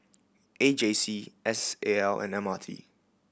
A J C S A L and M R T